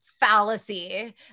fallacy